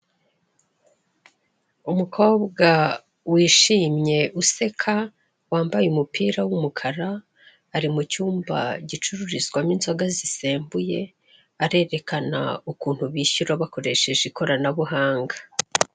Umukobwa wishimye useka wambaye umupira w'umukara ari mu cyumba gicururizwamo inzoga zisembuye arerekana ukuntu bishyura bakoresheje ikoranabuhanga.